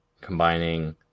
combining